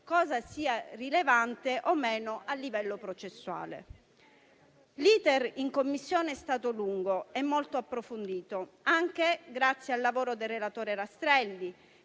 cosa sia rilevante o meno a livello processuale. L'*iter* in Commissione è stato lungo e molto approfondito, anche grazie al lavoro del relatore Rastrelli,